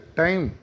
time